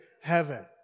heaven